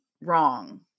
wrong